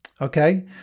okay